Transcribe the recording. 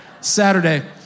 Saturday